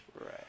Right